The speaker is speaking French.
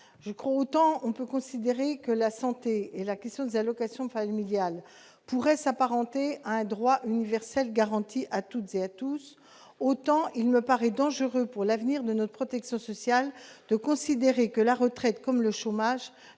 autant on peut considérer que la santé et la question des allocations familiales pourrait s'apparenter à un droit universel garanti à toutes et à tous, autant il me paraît dangereux pour l'avenir de notre protection sociale, de considérer que la retraite comme le chômage,